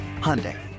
Hyundai